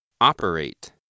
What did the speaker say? Operate